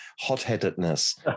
hot-headedness